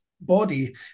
body